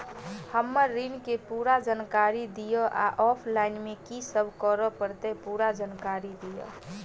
हम्मर ऋण केँ पूरा जानकारी दिय आ ऑफलाइन मे की सब करऽ पड़तै पूरा जानकारी दिय?